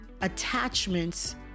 attachments